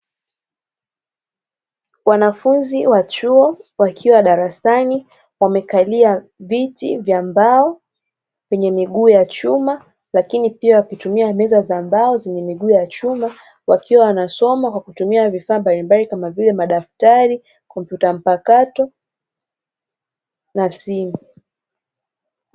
Wanafunzi wa chuo wakiwa darasani wamekalia viti vya mbao vyenye miguu ya chuma, lakini pia wakitumia meza za mbao zenye miguu ya chuma; wakiwa wanasoma kwa kutumia vifaa mbalimbali kama vile: madaftari, kompyuta mpakato na simu.